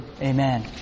Amen